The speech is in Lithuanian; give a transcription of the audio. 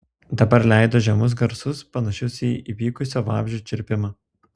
dabar leido žemus garsus panašius į įpykusio vabzdžio čirpimą